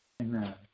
Amen